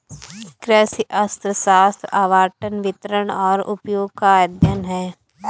कृषि अर्थशास्त्र आवंटन, वितरण और उपयोग का अध्ययन है